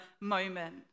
moment